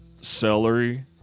Celery